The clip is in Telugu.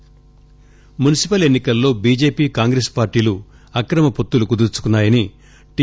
ఆర్ మున్సిపల్ ఎన్సి కల్లో బీజేపీ కాంగ్రెస్ పార్టీలు అక్రమ పొత్తులు కుదుర్చుకున్నాయని టి